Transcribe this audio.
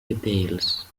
details